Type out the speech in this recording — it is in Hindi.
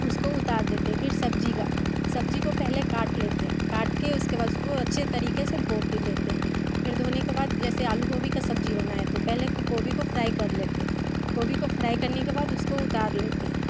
उसको उतार देते हैं फिर सब्जी का सब्जी को पहले काट लेते हैं काट के उसके बाद उसको अच्छे तरीके से धो के लेते हैं फिर धोने के बाद जैसे आलू गोभी का सब्जी बनाए तो पहले गोभी को फ्राई कर लेते हैं गोभी को फ्राई करने के बाद उसको उतार लेते हैं